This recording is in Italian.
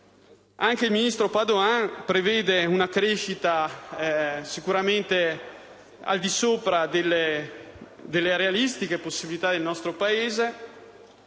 Anche il ministro Padoan prevede una crescita sicuramente al di sopra delle realistiche possibilità del nostro Paese